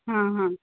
हां हां